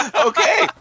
Okay